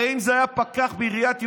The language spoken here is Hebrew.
הרי אם זה היה פקח בעיריית ירושלים,